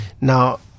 Now